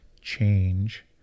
change